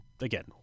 again